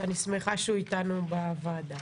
שאני שמחה שהוא איתנו בוועדה.